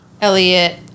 Elliot